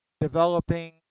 developing